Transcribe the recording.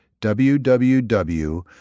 www